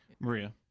Maria